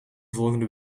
volgende